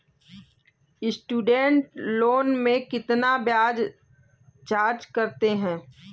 Student loan में कितना ब्याज चार्ज करते हैं?